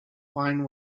wine